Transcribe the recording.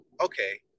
okay